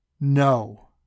No